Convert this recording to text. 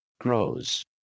grows